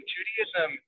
Judaism